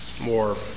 more